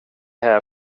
här